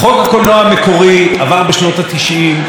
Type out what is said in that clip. והפך מה שהיה ענף מקרטע,